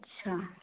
अच्छा